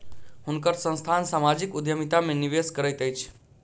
हुनकर संस्थान सामाजिक उद्यमिता में निवेश करैत अछि